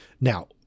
now